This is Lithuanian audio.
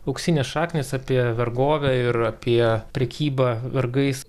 auksinės šaknys apie vergovę ir apie prekybą vergais